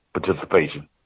participation